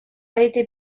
été